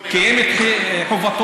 קיים את חובתו,